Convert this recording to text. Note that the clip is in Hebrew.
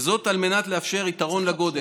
וזאת על מנת לאפשר יתרון לגודל.